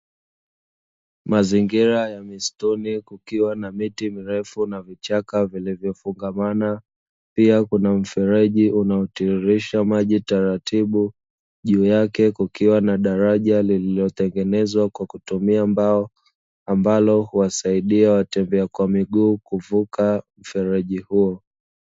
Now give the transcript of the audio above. Mazingira ya mistuni, kukiwa na miti mirefu na vichaka vilivyofungamana, pia kuna mfereji unaotiririsha maji taratibu; juu yake kukiwa na daraja lililotengenezwa kwa kutumia mbao, ambalo huwasaidia watembea kwa miguu kuvuka mfereji huo.